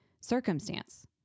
circumstance